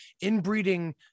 inbreeding